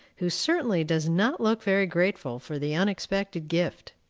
who certainly does not look very grateful for the unexpected gift.